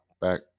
back